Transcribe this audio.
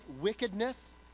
wickedness